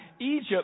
Egypt